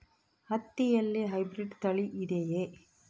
ಹತ್ತಿಯಲ್ಲಿ ಹೈಬ್ರಿಡ್ ತಳಿ ಇದೆಯೇ?